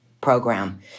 program